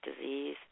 disease